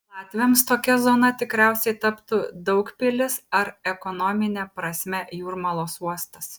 latviams tokia zona tikriausiai taptų daugpilis ar ekonomine prasme jūrmalos uostas